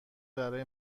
برای